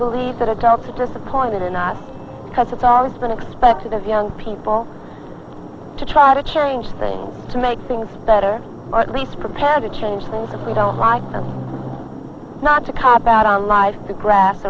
believe that adults disappointed in not because it's always been expected of young people to try to change things to make things better or at least prepared to change things we don't like and not to cop out on life the grass